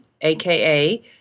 aka